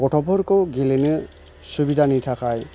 गथ'फोरखौ गेलेनो सुबिदानि थाखाय